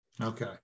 Okay